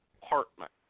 department